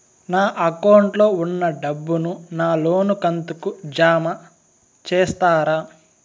నా అకౌంట్ లో ఉన్న డబ్బును నా లోను కంతు కు జామ చేస్తారా?